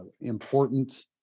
important